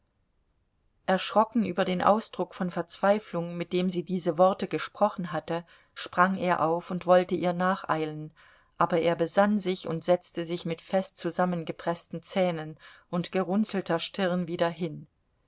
erschrocken über den ausdruck von verzweiflung mit dem sie diese worte gesprochen hatte sprang er auf und wollte ihr nacheilen aber er besann sich und setzte sich mit fest zusammengepreßten zähnen und gerunzelter stirn wieder hin